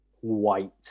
white